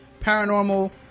paranormal